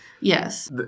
Yes